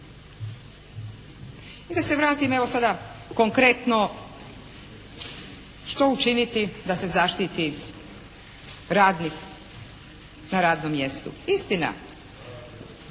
I kad se vratim evo sada konkretno što učiniti da se zaštiti radnik na radnom mjestu. Istina,